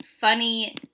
funny